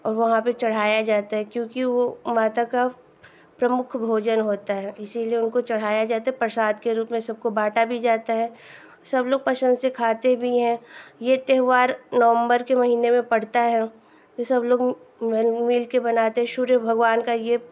वहाँ पर चढ़ाया जाता है क्योंकि वह माता का प्रमुख भोजन होता है इसीलिए उनको चढ़ाया जाता है प्रसाद के रूप में सबको बाँटा भी जाता है सबलोग पसन्द से खाते भी हैं यह त्योहार नवम्बर के महीने में पड़ता है तो सबलोग मिलकर मनाते सूर्य भगवान का यह